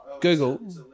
Google